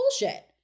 bullshit